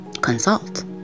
consult